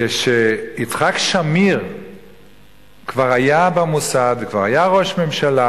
כשיצחק שמיר כבר היה במוסד וכבר היה ראש ממשלה,